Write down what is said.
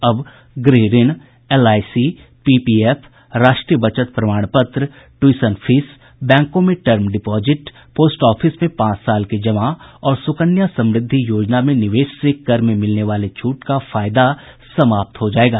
अब गृह ऋण एलआईसी पीपीएफ राष्ट्रीय बचत प्रमाण पत्र ट्यूशन फीस बैंकों में टर्म डिपोजिट पोस्ट ओफिस में पांच साल के जमा और सुकन्या समृद्धि योजना में निवेश से कर में मिलने वाले छूट का फायदा समाप्त हो जायेगा